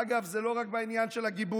אגב, זה לא רק בעניין של הגיבוי,